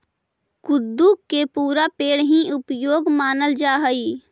कुट्टू के पुरा पेड़ हीं उपयोगी मानल जा हई